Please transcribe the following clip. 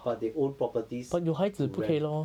but they own properties to rent